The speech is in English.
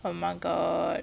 oh my god